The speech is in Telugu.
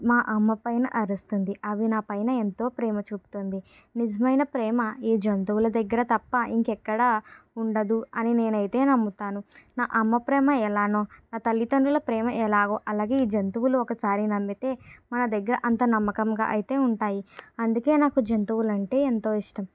మా అమ్మ పైన అరుస్తుంది అవి నాపైన ఎంతో ప్రేమ చూపుతుంది నిజమైన ప్రేమ ఈ జంతువుల దగ్గర తప్ప ఇంక ఎక్కడ ఉండదు అని నేను అయితే నమ్ముతాను నా అమ్మ ప్రేమ ఎలానో ఆ తల్లిదండ్రుల ప్రేమ ఎలాగో అలాగే ఈ జంతువులు ఒకసారి నమ్మితే మన దగ్గర అంత నమ్మకంగా అయితే ఉంటాయి అందుకే నాకు జంతువులు అంటే ఎంతో ఇష్టం